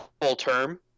full-term